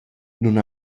nun